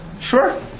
Sure